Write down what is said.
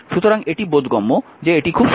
সুতরাং এটি বোধগম্য যে এটি খুব সহজ জিনিস